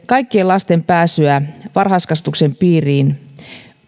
kaikkien lasten pääsyä varhaiskasvatuksen piiriin